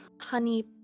Honey